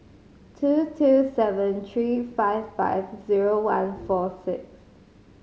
two two seven three five five zero one four six